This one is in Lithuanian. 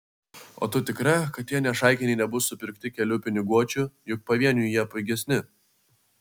o tu tikra kad tie nešaikiniai nebus supirkti kelių piniguočių juk pavieniui jie pigesni